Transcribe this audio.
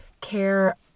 care